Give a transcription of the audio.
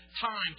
time